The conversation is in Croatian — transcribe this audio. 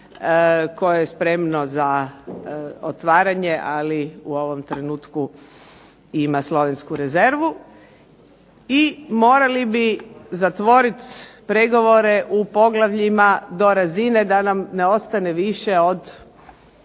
koje je spremno za otvaranje, ali u ovom trenutku ima slovensku rezervu. I morali bi zatvoriti pregovore u poglavljima do razine da nam ne ostane više od